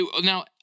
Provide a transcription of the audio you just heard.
Now